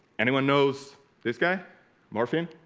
anyone knows this guy morphine